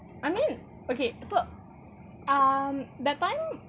I mean okay so um that time